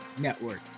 Network